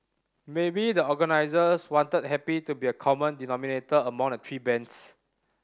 maybe the organisers wanted happy to be a common denominator among the three bands